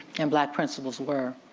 and black principals were.